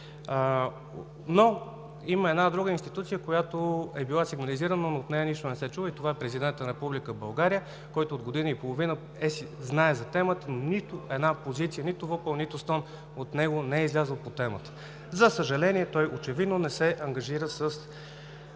Има една друга институция, която е била сигнализирана, но от нея нищо не се чува и това е Президентът на Република България, който от година и половина знае за темата, но нито една позиция, нито вопъл, нито стон от него не е излязъл по темата. За съжаление, той очевидно не се ангажира с